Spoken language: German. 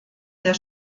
der